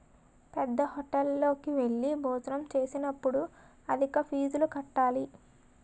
పేద్దహోటల్లోకి వెళ్లి భోజనం చేసేటప్పుడు అధిక ఫీజులు కట్టాలి